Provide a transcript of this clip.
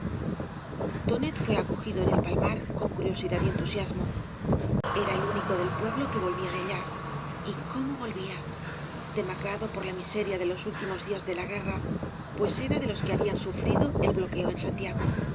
tonet fué acogido en el palmar con curiosidad y entusiasmo era el único del pueblo que volvía de allá y cómo volvía demacrado por la mí seria de los últimos días de la guerra pues era de los que habían sufrido el bloqueo en santiago